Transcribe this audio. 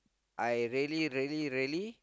I really really really